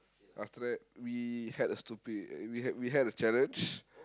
after that we had a stupid we had we had a challenge